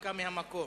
הנמקה מהמקום.